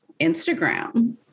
Instagram